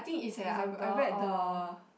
December or